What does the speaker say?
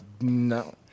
No